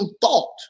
thought